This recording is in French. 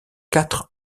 quatre